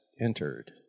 entered